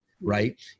right